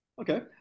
okay